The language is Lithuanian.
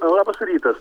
labas rytas